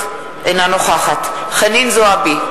אינה נוכחת חנין זועבי,